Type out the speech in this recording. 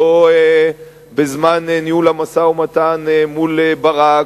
לא בזמן ניהול המשא-ומתן מול ברק,